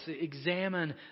examine